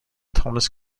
thomas